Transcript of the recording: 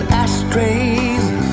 ashtrays